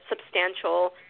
substantial